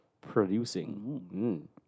producing